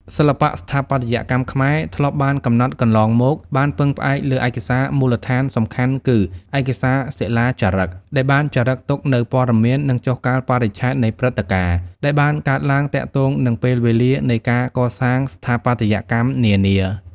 សិល្បៈស្ថាបត្យកម្មខ្មែរ ធ្លាប់បានកំណត់កន្លងមក បានពឹងផ្អែកលើឯកសារមូលដ្ឋានសំខាន់គឺ ឯកសារសិលាចារឹក ដែលបានចារឹកទុកនូវព័ត៌មាន និងចុះកាលបរិច្ឆេទនៃព្រឹត្តិកាណ៍ ដែលបានកើតឡើងទាក់ទងនឹងពេលវេលានៃការកសាងស្ថាបត្យកម្មនានា។